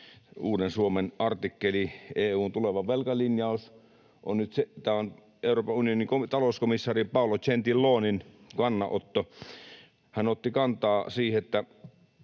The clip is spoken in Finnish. Uuden Suomen artikkeli ”EU:n tuleva velkalinjaus on nyt selvillä”. Tämä on Euroopan unionin talouskomissaarin Paolo Gentilonin kannanotto. Hän otti kantaa siihen, miten